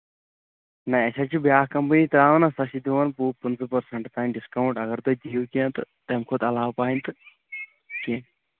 نَہ اَسہِ حظ چھےٚ بیٚاکھ کَمپنی ترٛاوان حظ سۄ چھےٚ دِوان وُہ پٍنٛژٕہ پرٛسنٛٹ بینٛک ڈسکاؤنٹ اَگر تُہۍ دِیو کیٚنٛہہ تہٕ تَمہِ کھۄتہٕ علاوٕ بَنہِ تہٕ کیٚنٛہہ